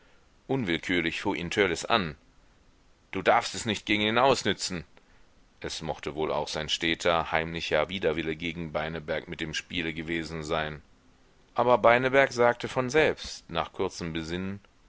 unwillkürlich fuhr ihn törleß an du darfst es nicht gegen ihn ausnützen es mochte wohl auch sein steter heimlicher widerwille gegen beineberg mit im spiele gewesen sein aber beineberg sagte von selbst nach kurzem besinnen